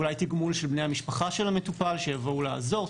אולי תגמול של בני המשפחה של המטופל שיבואו לעזור.